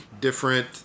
different